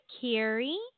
Carrie